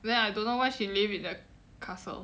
then I don't know why she live in the castle